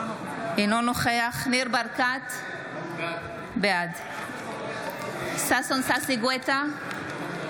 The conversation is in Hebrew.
אינו נוכח ניר ברקת, בעד ששון ששי גואטה,